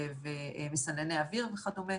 מזגנים ומסנני אויר וכדומה.